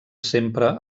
sempre